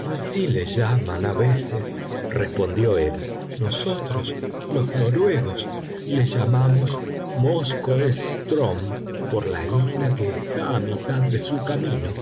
así le llaman a veces respondió él nosotros los noruegos le llamamos móskoe strm por la isla que está a mitad de su camino